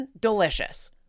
delicious